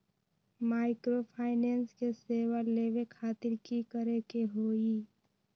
Microfinance के सेवा लेबे खातीर की करे के होई?